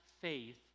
faith